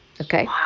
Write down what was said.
Okay